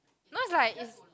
no it's like it's